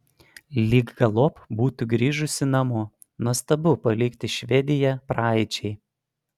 lyg galop būtų grįžusi namo nuostabu palikti švediją praeičiai